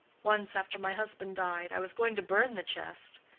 once, after my husband died, i was going to burn the chest.